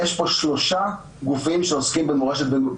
יש פה שלושה גופים שעוסקים במורשת בן-גוריון,